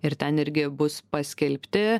ir ten irgi bus paskelbti